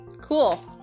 Cool